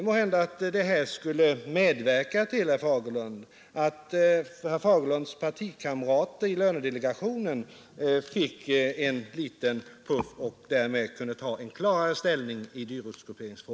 Måhända skulle ett bifall till reservanternas yrkande medverka till att herr Fagerlunds partikamrater i lönedelegationen fick en liten puff och därmed kunde ta en klarare ställning i ortsgrupperingsfrå